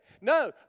No